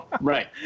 Right